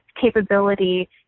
capability